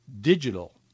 digital